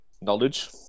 Knowledge